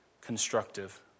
constructive